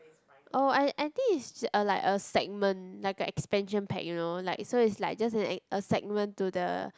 oh I I think is a like a segment like a expansion pack you know like so it's like just like a segment to the